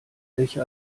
welche